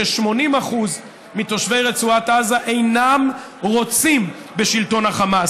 ש-80% מתושבי רצועת עזה אינם רוצים בשלטון החמאס,